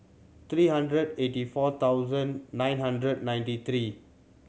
three hundred eighty four thousand nine hundred ninety three